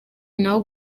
naho